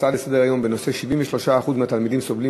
ההצעה לסדר-היום בנושא 73% מהתלמידים סובלים